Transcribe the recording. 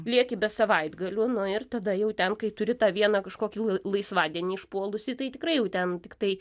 lieki be savaitgalių nu ir tada jau ten kai turi tą vieną kažkoki lai laisvadienį išpuolusį tai tikrai jau ten tiktai